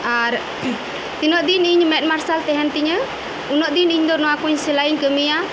ᱟᱨ ᱛᱤᱱᱟᱹᱜ ᱫᱤᱱ ᱤᱧ ᱢᱮᱫ ᱢᱟᱨᱥᱟᱞ ᱛᱟᱦᱮᱱ ᱛᱤᱧᱟᱹ ᱩᱱᱟᱹᱜ ᱰᱤᱱ ᱤᱧᱫᱚ ᱱᱚᱣᱟᱠᱩᱧ ᱥᱮᱞᱟᱭᱤᱧ ᱠᱟᱹᱢᱤᱭᱟ